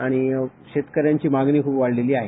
आणि शेतकऱ्यांची मागणीपण वाढलेली आहे